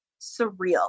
surreal